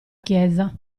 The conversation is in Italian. chiesa